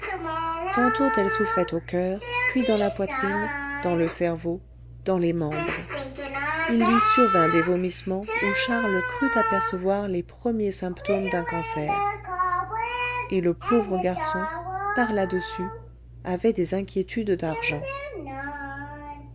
tantôt elle souffrait au coeur puis dans la poitrine dans le cerveau dans les membres il lui survint des vomissements où charles crut apercevoir les premiers symptômes d'un cancer et le pauvre garçon par là-dessus avait des inquiétudes d'argent